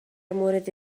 مورد